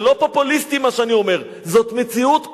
זה לא פופוליסטי מה שאני אומר, זאת מציאות כואבת.